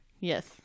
yes